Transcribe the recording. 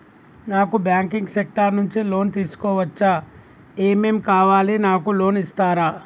నాకు banking sector నుంచి loan తీసుకోవచ్చా? ఏమేం కావాలి? నాకు లోన్ ఇస్తారా?